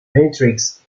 matrix